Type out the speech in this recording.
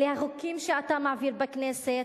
אלה החוקים שאתה מעביר בכנסת.